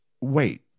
wait